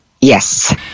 Yes